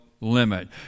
limit